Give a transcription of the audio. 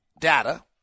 data